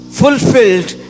fulfilled